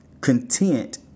content